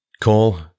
Call